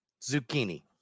Zucchini